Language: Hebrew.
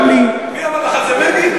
אלגוואלי, מי אמר לך את זה, מרגי?